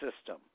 system